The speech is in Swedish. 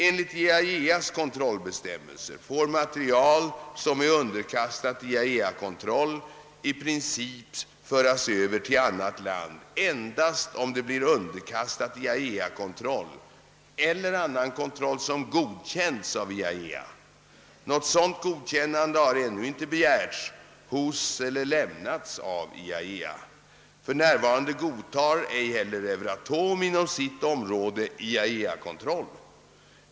Enligt IAEA:s kontrollbestämmeser får material som är underkastat IAEA kontroll i princip föras över till annat land endast om det där blir underkastat IAEA-kontroll eller annan kontroll, som godkänts av IAEA. Något sådant god kännande har ännu icke begärts hos eller lämnats av IAEA. För närvarande godtar ej heller Euratom inom sitt område IAEA-kontroll.